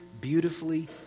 beautifully